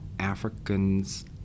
Africans